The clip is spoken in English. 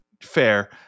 fair